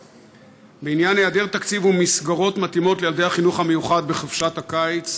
בעניין היעדר תקציב ומסגרות מתאימות לילדי החינוך המיוחד בחופשת הקיץ,